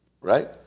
Right